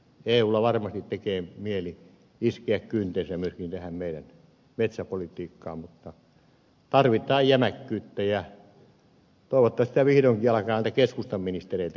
eun varmasti tekee mieli iskeä kyntensä myöskin tähän meidän metsäpolitiikkaamme mutta tarvitaan jämäkkyyttä ja toivottavasti sitä vihdoinkin alkaa nyt keskustan ministereiltäkin löytyä